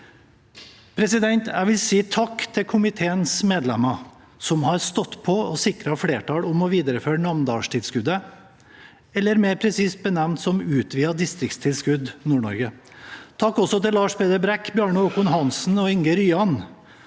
takk til komiteens medlemmer, som har stått på og sikret flertall for å videreføre Namdalstilskuddet, eller mer presist benevnt «utvidet distriktstilskudd Nord-Norge». Takk også til Lars Peder Brekk, Bjarne Håkon Hanssen og Inge Ryan,